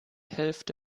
hälfte